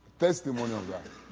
testimony of that.